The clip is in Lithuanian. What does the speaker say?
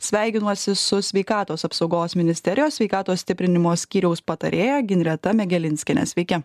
sveikinuosi su sveikatos apsaugos ministerijos sveikatos stiprinimo skyriaus patarėja ginreta megelinskiene sveiki